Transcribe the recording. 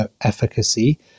efficacy